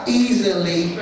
easily